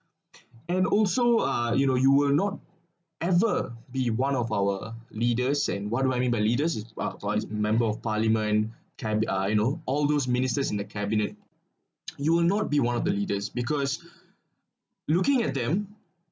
and also uh you know you will not ever be one of our leaders and what do I mean by leaders is wa~ wa~ is member of parliament cab~ ah you know all those ministers in the cabinet you will not be one of the leaders because looking at them